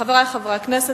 חברי חברי הכנסת,